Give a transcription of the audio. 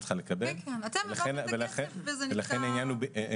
צריכה לקבל ולכן העניין הוא --- כן,